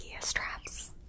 straps